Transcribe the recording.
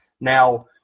Now